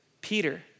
Peter